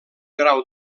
grau